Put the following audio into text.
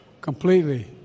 Completely